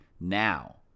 now